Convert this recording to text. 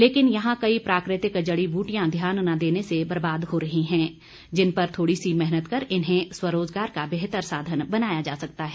लेकिन यहां कई प्राकृतिक जड़ी बूटियां ध्यान न देने से बर्बाद रही हैं जिन पर थोड़ी सी मेहनत कर इन्हें स्वरोजगार का बेहतर साधन बनाया जा सकता है